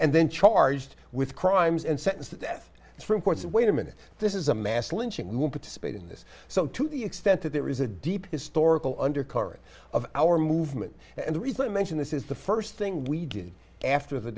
and then charged with crimes and sentenced to death from courts wait a minute this is a mass lynching who participated in this so to the extent that there is a deep historical undercurrent of our movement and the reason i mention this is the first thing we did after the